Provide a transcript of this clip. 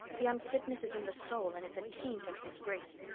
the unfitness is in the soul and it's a taint and a disgrace.